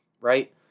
right